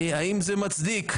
האם זה מצדיק?